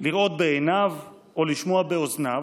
לראות בעיניו או לשמוע באוזניו,